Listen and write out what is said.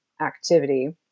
activity